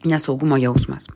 nesaugumo jausmas